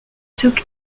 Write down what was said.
took